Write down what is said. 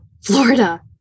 florida